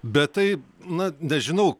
bet tai na nežinau